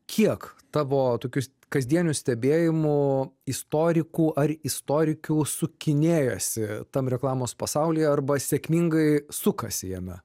kiek tavo tokiu kasdieniu stebėjimu istorikų ar istorikių sukinėjasi tam reklamos pasaulyje arba sėkmingai sukasi jame